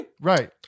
Right